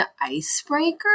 icebreaker